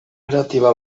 kooperatiba